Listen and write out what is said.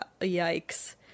yikes